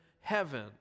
heaven